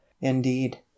indeed